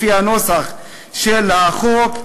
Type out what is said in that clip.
לפי הנוסח של החוק,